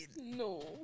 No